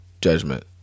judgment